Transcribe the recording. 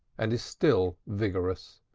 and is still vigorous